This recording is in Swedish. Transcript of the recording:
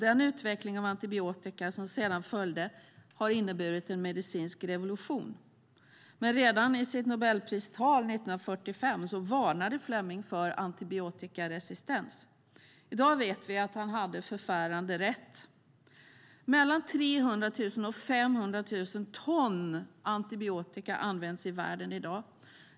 Den utveckling av antibiotika som sedan följde innebar en medicinsk revolution. Men redan i sitt Nobelpristal 1945 varnade Fleming för antibiotikaresistens. I dag vet vi att Fleming hade förfärande rätt. Mellan 300 000 och 500 000 ton antibiotika används i världen i dag.